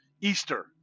Easter